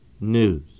news